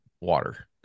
water